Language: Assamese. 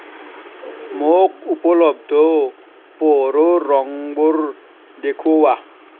মোক উপলব্ধ পোহৰৰ ৰঙবোৰ দেখুওৱা